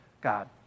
God